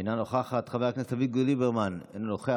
אינה נוכחת, חבר הכנסת אביגדור ליברמן, אינו נוכח.